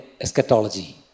eschatology